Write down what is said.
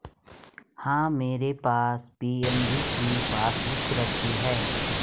हाँ, मेरे पास पी.एन.बी की पासबुक रखी है